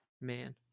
man